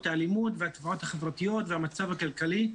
האלימות והתופעות החברתיות והמצב הכלכלי,